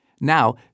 now